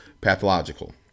pathological